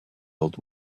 old